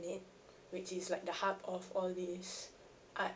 which is like the hub of all these arts